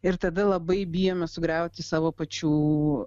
ir tada labai bijome sugriauti savo pačių